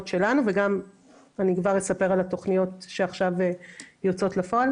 שלנו ואני גם אספר על התכניות שעכשיו יוצאות לפועל